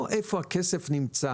לא איפה הכסף נמצא.